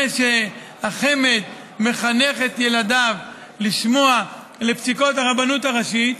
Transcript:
זה שהחמ"ד מחנך את ילדיו לשמוע לפסיקות הרבנות הראשית,